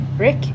Rick